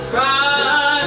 Cry